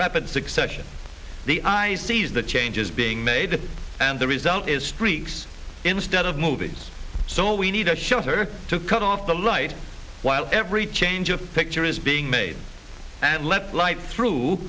rapid succession the eye sees the changes being made and the result is streaks instead of movies so we need a shutter to cut off the light while every change of picture is being made and let the light through